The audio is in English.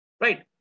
right